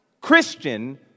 Christian